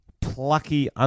plucky